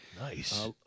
Nice